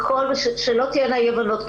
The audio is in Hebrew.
שלא תהיינה אי הבנות,